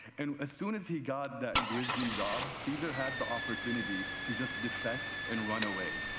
and as soon as he got that grizzly job, caesar had the opportunity to just defect and run away,